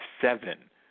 seven